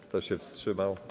Kto się wstrzymał?